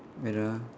wait ah